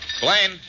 Blaine